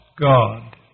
God